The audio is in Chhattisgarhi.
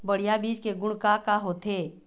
बढ़िया बीज के गुण का का होथे?